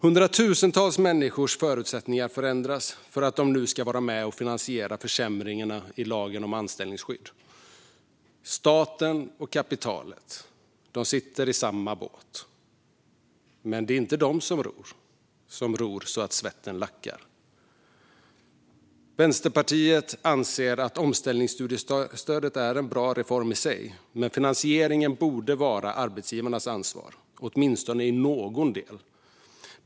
Hundratusentals människors förutsättningar förändras för att de nu ska vara med och finansiera försämringarna i lagen om anställningsskydd. "Staten och kapitalet, de sitter i samma båt, men det är inte de som ror, som ror så svetten lackar." Vänsterpartiet anser att omställningsstudiestödet är en bra reform i sig, men finansieringen borde vara arbetsgivarnas ansvar, åtminstone i någon del.